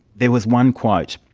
there was one quote,